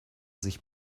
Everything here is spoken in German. sich